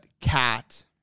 cat